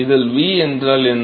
இதில் v என்றால் என்ன